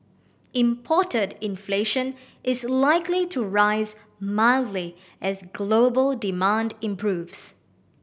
imported inflation is likely to rise mildly as global demand improves